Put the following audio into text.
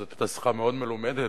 וזאת היתה שיחה מאוד מלומדת,